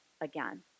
again